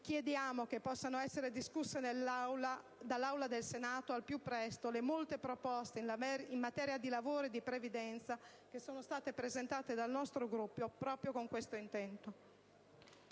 chiediamo che possano essere discusse dall'Aula del Senato al più presto le molte proposte in materia di lavoro e previdenza che sono state presentate dal nostro Gruppo proprio con questo intento.